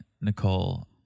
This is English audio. Nicole